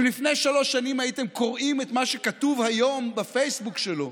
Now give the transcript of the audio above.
אם לפני שלוש שנים הייתם קוראים את מה שכתוב היום בפייסבוק שלו,